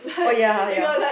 oh ya ya